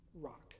Rock